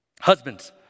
Husbands